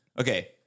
okay